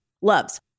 loves